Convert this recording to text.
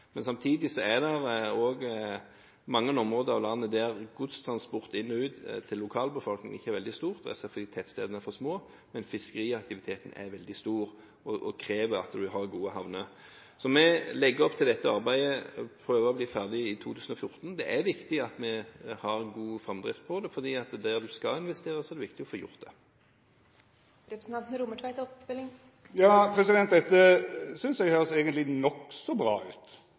Men samtidig er det også mange områder av landet der godstransport inn og ut til lokalbefolkningen ikke er veldig stor, reseptivitetsstedene er for små, men der fiskeriaktiviteten er veldig stor og krever at en har gode havner. Så vi legger opp til å prøve å bli ferdig med dette arbeidet i 2014. Det er viktig at vi har god framdrift på det, for der en skal investere, er det viktig å få gjort det. Dette syntest eg eigentleg høyrdes nokså bra ut, for i finansdebatten repliserte statsråden på dette spørsmålet med at ein måtte passa seg så ein ikkje heiv pengar ut